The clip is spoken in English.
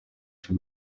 from